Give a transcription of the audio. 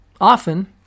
Often